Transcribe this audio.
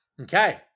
Okay